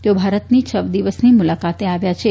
તેઓ ભારતની છ દિવસની મુલાકાતે આવ્યા છે